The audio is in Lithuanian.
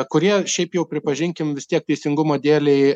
kurie šiaip jau pripažinkim vis tiek teisingumo dėlei